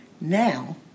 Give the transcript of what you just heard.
Now